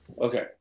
Okay